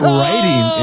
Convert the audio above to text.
writing